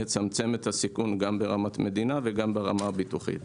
יצמצם את הסיכון גם ברמת המדינה וגם ברמה הביטוחית.